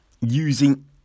using